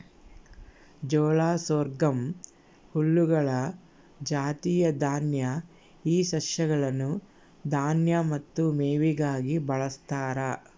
ಜೋಳ ಸೊರ್ಗಮ್ ಹುಲ್ಲುಗಳ ಜಾತಿಯ ದಾನ್ಯ ಈ ಸಸ್ಯಗಳನ್ನು ದಾನ್ಯ ಮತ್ತು ಮೇವಿಗಾಗಿ ಬಳಸ್ತಾರ